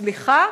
מצליחה